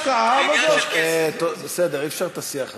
זו השקעה, אי-אפשר את השיח הזה.